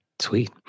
Sweet